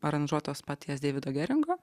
aranžuotos paties deivido geringo